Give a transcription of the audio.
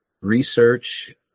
research